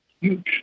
huge